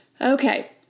Okay